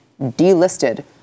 delisted